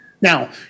Now